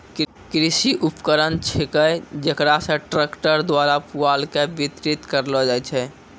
कृषि उपकरण छेकै जेकरा से ट्रक्टर द्वारा पुआल के बितरित करलो जाय छै